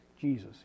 Jesus